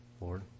Lord